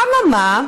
אממה?